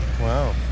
Wow